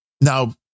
now